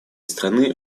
страны